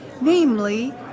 namely